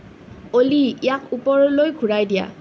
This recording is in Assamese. অ'লি ইয়াক ওপৰলৈ ঘূৰাই দিয়া